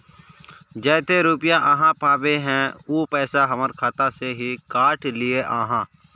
जयते रुपया आहाँ पाबे है उ पैसा हमर खाता से हि काट लिये आहाँ?